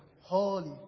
holy